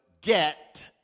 get